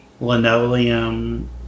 linoleum